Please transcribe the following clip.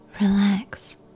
relax